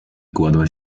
kładła